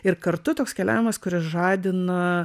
ir kartu toks keliavimas kuri žadina